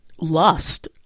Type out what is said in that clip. lust